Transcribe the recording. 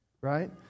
Right